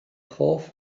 hoff